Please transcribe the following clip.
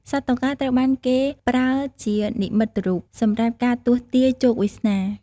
សត្វតុកែត្រូវបានគេប្រើជានិមិត្តរូបសម្រាប់ការទស្សន៍ទាយជោគវាសនា។